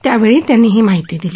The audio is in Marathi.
त्यावेळी त्यांनी ही माहिती दिली